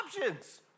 options